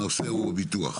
הנושא הוא ביטוח.